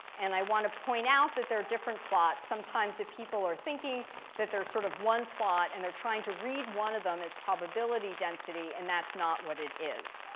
and i want to point out that they're different plots. sometimes people are thinking that there is sort of one plot and they're trying to read one of them as probability density, and that's not what it is.